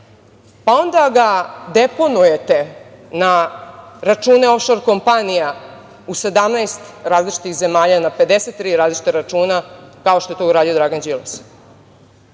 Onda ga deponujete na račune ofšor kompanija u 17 različitih zemalja, na 53 različita računa, kao što je to uradio Dragan Đilas. Potom